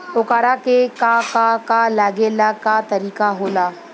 ओकरा के का का लागे ला का तरीका होला?